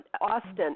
Austin